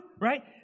right